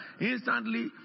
Instantly